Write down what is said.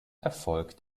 erfolgt